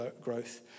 growth